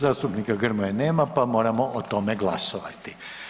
Zastupnika Grmoje nema pa moramo o tome glasovati.